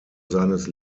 seines